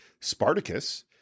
Spartacus